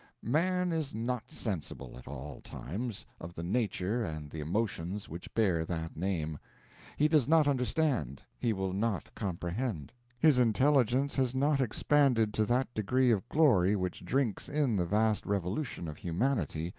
man is not sensible, at all times, of the nature and the emotions which bear that name he does not understand, he will not comprehend his intelligence has not expanded to that degree of glory which drinks in the vast revolution of humanity,